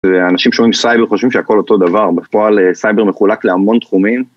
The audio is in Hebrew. אנשים שומעים סייבר חושבים שהכל אותו דבר, בפועל סייבר מחולק להמון תחומים.